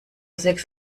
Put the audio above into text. sechs